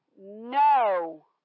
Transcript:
no